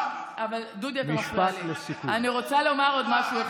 ואם את נגד, מה את עושה בממשלה?